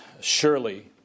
surely